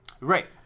Right